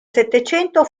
settecento